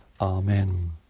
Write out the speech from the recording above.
Amen